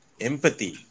empathy